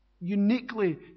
Uniquely